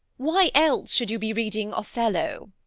why else should you be reading othello?